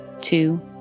two